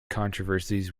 controversies